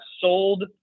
sold